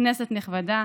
כנסת נכבדה,